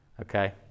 Okay